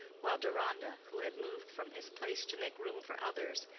while deronda, who had moved from his place to make room for others,